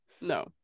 No